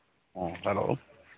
hello